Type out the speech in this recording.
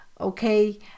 okay